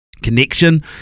Connection